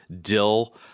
dill